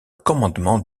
commandement